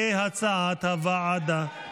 כהצעת הוועדה.